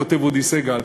כותב אודי סגל,